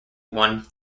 one